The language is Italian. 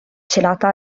celata